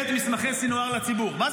לא לפרסם את מסמכי סנוואר לציבור?